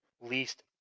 least